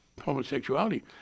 homosexuality